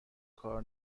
کار